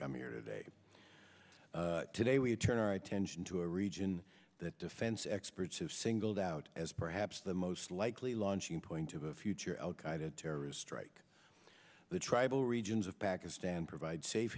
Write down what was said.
come here today today we turn our attention to a region that defense experts have singled out as perhaps the most likely launching point of a future al qaeda terrorist strike the tribal regions of pakistan provide safe